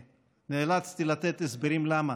ונאצלתי לתת הסברים למה.